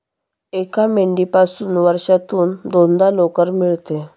एका मेंढीपासून वर्षातून दोनदा लोकर मिळते